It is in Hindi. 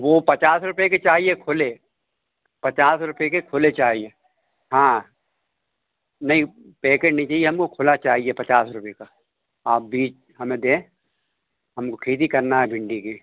वह पचास रुपये के चाहिए खुले पचास रुपये के खुले चाहिए हाँ नहीं पेकेट नहीं चाहिए हमको खुला चाहिए पचास रुपये का आप बीज हमें दें हमको खेती करना है भिंडी की